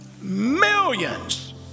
Millions